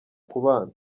kubana